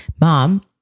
mom